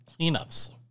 cleanups